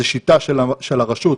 זאת שיטה של הרשות,